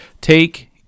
Take